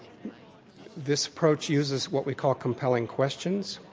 this approach uses what we call compelling questions.